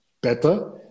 better